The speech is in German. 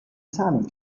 zahlung